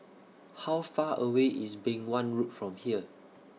How Far away IS Beng Wan Road from here